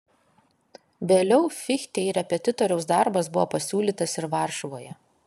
vėliau fichtei repetitoriaus darbas buvo pasiūlytas ir varšuvoje